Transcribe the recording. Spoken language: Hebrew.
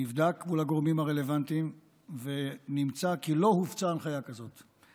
זה נבדק מול הגורמים הרלוונטיים ונמצא כי לא הופצה הנחיה כזאת.